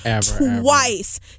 twice